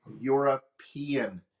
European